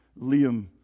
Liam